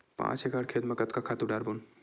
पांच एकड़ खेत म कतका खातु डारबोन?